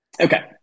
Okay